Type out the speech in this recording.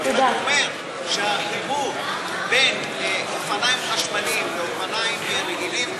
אני רק אומר שהחיבור בין אופניים חשמליים לאופניים רגילים,